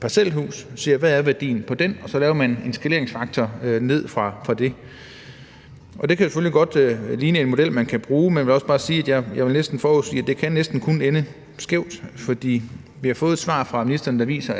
parcelhus og siger: Hvad er værdien af det? Og så laver man en nedskaleringsfaktor fra det. Og det kan selvfølgelig godt ligne en model, man kan bruge, men jeg vel også bare sige, at jeg vil forudsige, at det næsten kun kan ende skævt. For vi har fået et svar fra ministeren, der viser,